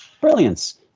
brilliance